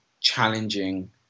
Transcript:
challenging